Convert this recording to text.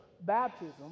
baptism